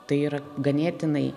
tai yra ganėtinai